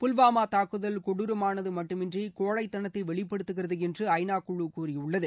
புல்வாமா தாக்குதல் கொடுரமானது மட்டுமின்றி கோழைத்தனத்தை வெளிப்படுத்துகிறது என்று ஐநா குழு கூறியுள்ளது